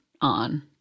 on